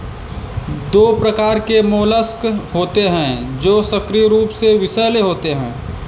दो प्रकार के मोलस्क होते हैं जो सक्रिय रूप से विषैले होते हैं